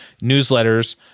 newsletters